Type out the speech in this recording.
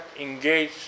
engage